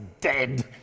dead